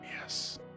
Yes